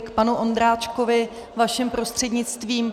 K panu Ondráčkovi vaším prostřednictvím.